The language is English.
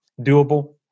doable